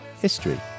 history